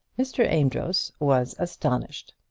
mr. amedroz was astonished.